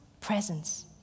presence